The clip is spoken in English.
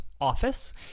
office